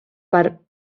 per